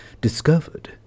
discovered